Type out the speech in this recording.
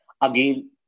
Again